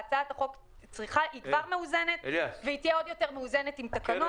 הצעת החוק כבר מאוזנת והיא תהיה עוד יותר מאוזנת עם תקנות.